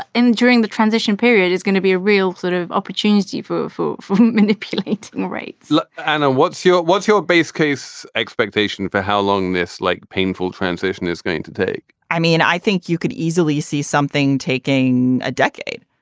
ah in during the transition period. it's gonna be a real sort of opportunity. foo, foo, foo manipulate. right like and and what's your what's your base case expectation for how long this like painful transition is going to take? i mean, i think you could easily see something taking a decade.